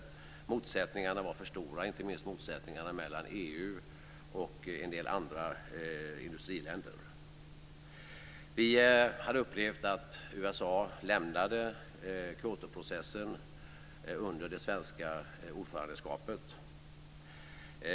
Motsättningarna var för stora, inte minst motsättningarna mellan EU och en del andra industriländer. Vi hade upplevt att USA lämnade Kyotoprocessen under det svenska ordförandeskapet.